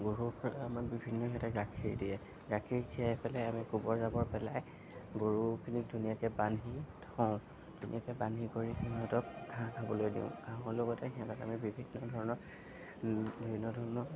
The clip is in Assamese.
গৰুৰপৰা আমাক বিভিন্ন সিহঁতে গাখীৰ দিয়ে গাখীৰ খীৰাই পেলাই আমি গোবৰ জাবৰ পেলাই গৰুখিনিক ধুনীয়াকৈ বান্ধি থওঁ ধুনীয়াকৈ বান্ধি কৰি সিহঁতক ঘাঁহ খাবলৈ দিওঁ ঘাঁহৰ লগতে সিহঁতক আমি বিভিন্ন ধৰণৰ বিভিন্ন ধৰণৰ